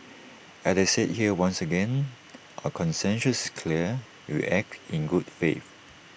as I said here once again our conscience is clear we acted in good faith